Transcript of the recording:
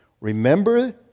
Remember